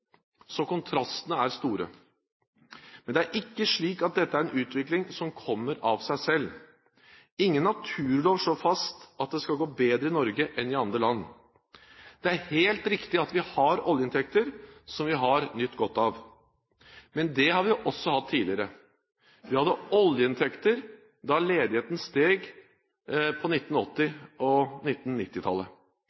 så kontrastene er store. Men det er ikke slik at dette er en utvikling som kommer av seg selv. Ingen naturlov slår fast at det skal gå bedre i Norge enn i andre land. Det er helt riktig at vi har oljeinntekter som vi har nytt godt av, men det har vi også hatt tidligere. Vi hadde oljeinntekter da ledigheten steg på 1980-